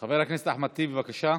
חבר הכנסת אחמד טיבי, בבקשה.